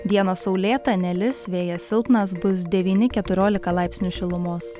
dieną saulėta nelis vėjas silpnas bus devyni keturiolika laipsnių šilumos